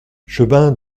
chemin